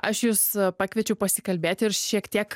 aš jus pakviečiau pasikalbėt ir šiek tiek